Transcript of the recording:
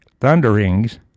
thunderings